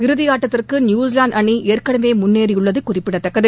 இறுதியாட்டத்திற்கு நியுசிலாந்து அணி ஏற்கனவே முன்னேறியுள்ளது குறிப்பிடத்தக்கது